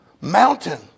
mountain